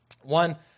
One